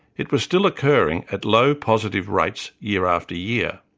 it was still occurring at low positive rates, year after year.